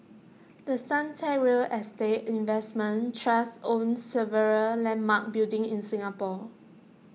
the Suntec real estate investment trust owns several landmark buildings in Singapore